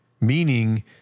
Meaning